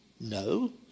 No